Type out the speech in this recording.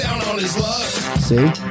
See